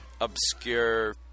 obscure